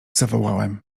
zawołałem